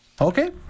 Okay